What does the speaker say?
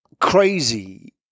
crazy